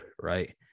right